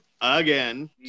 again